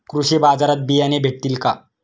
कृषी बाजारात बियाणे भेटतील का?